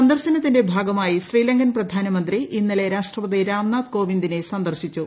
സന്ദർശനത്തിന്റെ ഭാഗമായി ശ്രീലങ്കൻ പ്രധാനമന്ത്രി ഇന്നലെ രാഷ്ട്രപതി രാംനാഥ് കോവിന്ദിനെ സന്ദർശിച്ചു